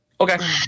Okay